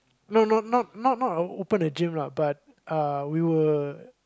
no no not not open a gym lah but uh we were